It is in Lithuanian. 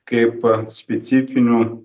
kaip specifinių